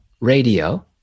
radio